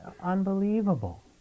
unbelievable